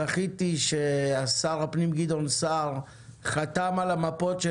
זכיתי ששר הפנים גדעון סער חתם על המפות של